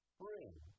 bring